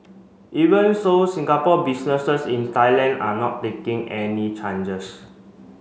even so Singapore businesses in Thailand are not taking any changes